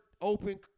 open